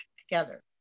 together